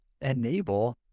enable